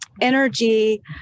energy